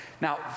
Now